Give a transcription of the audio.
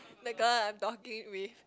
the girl I'm talking with